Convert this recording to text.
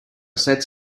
sets